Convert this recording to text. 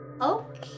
okay